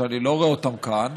אני לא רואה אותם כאן,